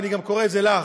ואני גם קורא לך,